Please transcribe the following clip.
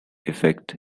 effect